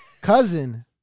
cousin